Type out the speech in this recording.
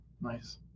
Nice